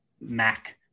MAC